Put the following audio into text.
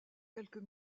quelques